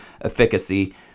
efficacy